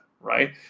right